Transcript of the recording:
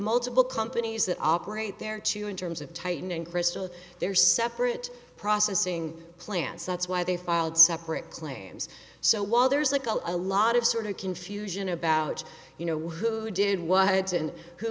multiple companies that operate there too in terms of tightening crystal their separate processing plants that's why they filed separate claims so while there's a a lot of sort of confusion about you know who did what heads and who